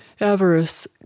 avarice